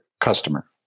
customer